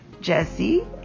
jesse